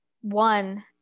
one